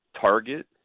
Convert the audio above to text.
Target